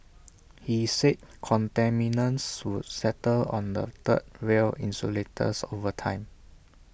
he said contaminants would settle on the third rail insulators over time